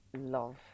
love